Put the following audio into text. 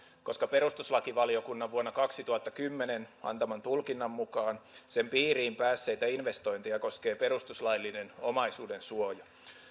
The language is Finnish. koska perustuslakivaliokunnan vuonna kaksituhattakymmenen antaman tulkinnan mukaan sen piiriin päässeitä investointeja koskee perustuslaillinen omaisuudensuoja